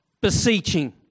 beseeching